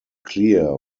clear